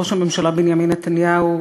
ראש הממשלה בנימין נתניהו,